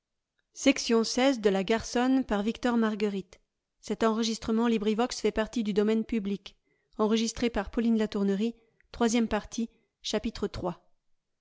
de la matière